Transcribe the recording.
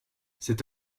cet